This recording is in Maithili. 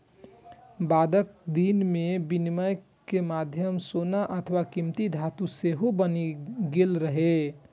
बादक दिन मे विनिमय के माध्यम सोना अथवा कीमती धातु सेहो बनि गेल रहै